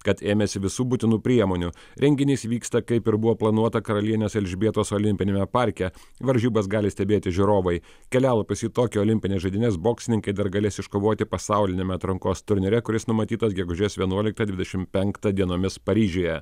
kad ėmėsi visų būtinų priemonių renginys vyksta kaip ir buvo planuota karalienės elžbietos olimpiniame parke varžybas gali stebėti žiūrovai kelialapius į tokijo olimpines žaidynes boksininkai dar galės iškovoti pasauliniame atrankos turnyre kuris numatytas gegužės vienuoliktą dvidešimt penktą dienomis paryžiuje